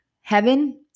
heaven